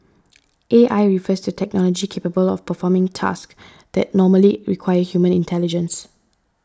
A I refers to technology capable of performing tasks that normally require human intelligence